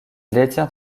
détient